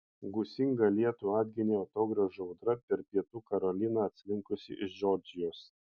gūsingą lietų atginė atogrąžų audra per pietų karoliną atslinkusi iš džordžijos